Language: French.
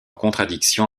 contradiction